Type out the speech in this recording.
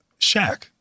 Shaq